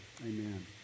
Amen